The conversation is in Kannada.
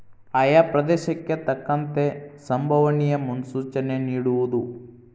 ಆಯಾ ಪ್ರದೇಶಕ್ಕೆ ತಕ್ಕಂತೆ ಸಂಬವನಿಯ ಮುನ್ಸೂಚನೆ ನಿಡುವುದು